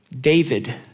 David